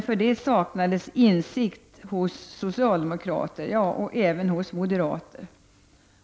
För det saknades insikt hos socialdemokrater och även hos moderater.